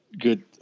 good